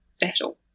battle